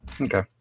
Okay